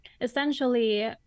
Essentially